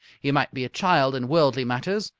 he might be a child in worldly matters,